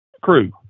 crew